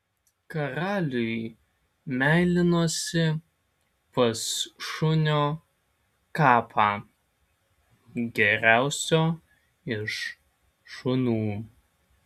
karaliui meilinosi pas šunio kapą geriausio iš šunų